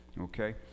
okay